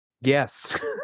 Yes